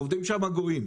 עובדים שם גויים.